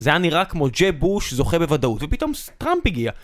זה היה נראה כמו ג'ה בוש זוכה בוודאות, ופתאום טראמפ הגיע.